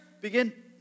begin